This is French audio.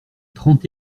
trente